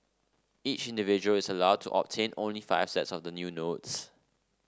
each individual is allowed to obtain only five sets of the new notes